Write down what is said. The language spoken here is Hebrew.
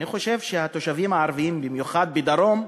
אני חושב שהתושבים הערבים, במיוחד בדרום,